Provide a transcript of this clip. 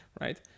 right